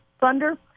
thunder